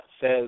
says